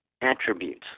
attributes